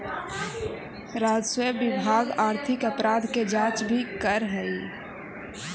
राजस्व विभाग आर्थिक अपराध के जांच भी करऽ हई